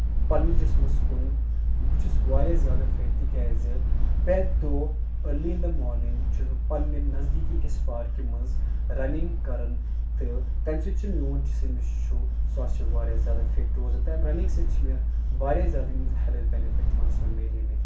پَنٕنہِ جِسمَس کُن بہٕ چھُس واریاہ زیادٕ فِٹ تِکیازِ پرٮ۪تھ دۄہ أرلی اِن دَ مارنِگ چھُس بہٕ پَنٕنہِ نَزدیٖکی أکِس پارکہِ منٛز رَننٛگ کران تہٕ تَمہِ سۭتۍ چھُ میون جِسم یُس چھُ سُہ حظ چھُ واریاہ زیادٕ فِٹ روزان تَمہِ رَننٛگ سۭتۍ چھ مےٚ واریاہ زیادٕ ہیلتھ بینِفِٹٕس تہِ چھِ مےٚ ملے مٕتۍ